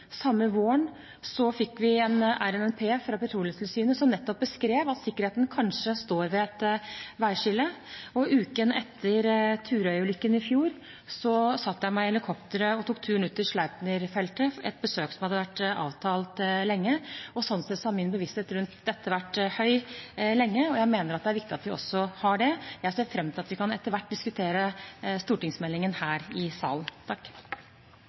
fikk vi en RNNP fra Petroleumstilsynet som nettopp beskrev at sikkerheten kanskje står ved et veiskille, og uken etter Turøy-ulykken i fjor satte jeg meg i helikopteret og tok turen ut til Sleipner-feltet, et besøk som hadde vært avtalt lenge. Sånn sett har min bevissthet rundt dette vært høy lenge, og jeg mener også det er viktig at vi har det. Jeg ser fram til at vi etter hvert kan diskutere stortingsmeldingen her i salen.